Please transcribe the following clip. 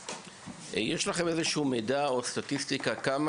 יש לכם איזשהו מידע או סטטיסטיקה כמה